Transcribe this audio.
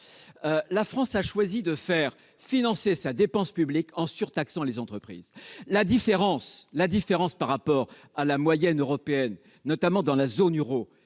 la France a choisi de faire financer sa dépense publique en surtaxant les entreprises la différence la différence par rapport à la moyenne européenne, notamment dans la zone Euro,